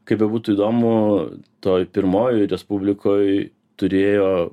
kaip bebūtų įdomu toj pirmojoj respublikoj turėjo